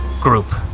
group